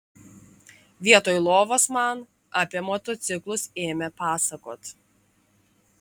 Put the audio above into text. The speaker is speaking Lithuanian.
vietoj lovos man apie motociklus ėmė pasakot